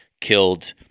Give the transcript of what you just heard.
killed